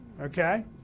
Okay